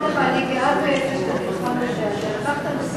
כל הכבוד לך.